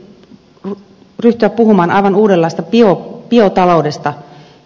meidän tulisi ryhtyä puhumaan aivan uudenlaisesta biotaloudesta